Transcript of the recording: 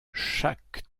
chaque